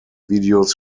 videos